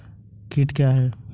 कीट क्या है?